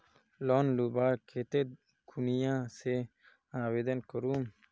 Loan लुबार केते कुनियाँ से आवेदन करूम?